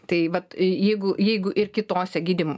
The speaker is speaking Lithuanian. tai vat jeigu jeigu ir kitose gydym